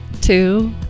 two